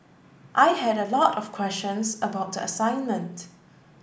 I had a lot of questions about the assignment